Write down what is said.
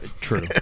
True